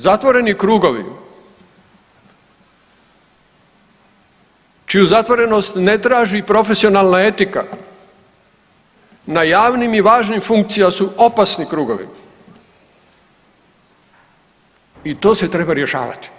Zatvoreni krugovi čiju zatvorenost ne traži profesionalna etika na javnim i važnim funkcijama su opasni krugovi i to se treba rješavati.